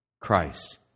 Christ